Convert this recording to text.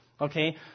Okay